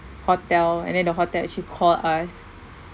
hotel and then the hotel actually called us